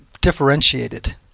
differentiated